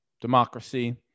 Democracy